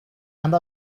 amb